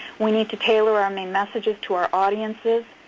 we need to tailor our main messages to our audiences.